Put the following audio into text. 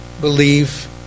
believe